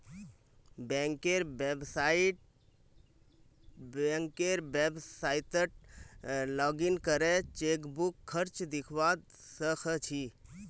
बैंकेर website login करे chequebook खर्च दखवा स ख छि